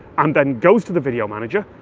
and then goes to the video manager,